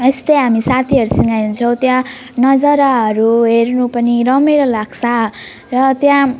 जस्तै हामी साथीहरूसँग हिँड्छौँ त्यहाँ नजाराहरू हेर्नु पनि रमाइलो लाग्छ र त्यहाँ